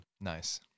Nice